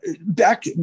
back